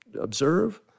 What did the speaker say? observe